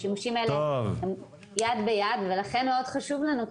השימושים האלה הם יד ביד ולכן מאוד חשוב לנו כי